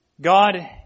God